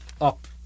up